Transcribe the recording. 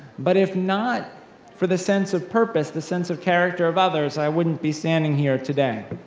but if not for the sense of purpose, the sense of character of others, i wouldn't be standing here today.